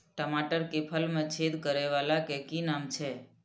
टमाटर के फल में छेद करै वाला के कि नाम छै?